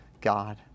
God